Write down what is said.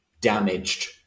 Damaged